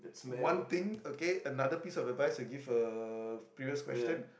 one thing okay another piece of advice to give uh previous question